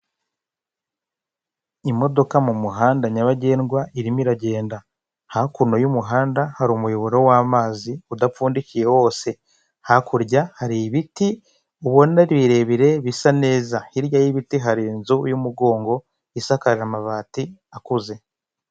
Imodoka mu muhanda nyabagendwa irimo iragenda, hakuno y'umuhanda hari umuyoboro wamazi udapfundikiye wose, hakurya hari ibiti ubona birebire bisa neza, hirya y'ibiti hari inzu y'umugongo isakaje amabati akuze.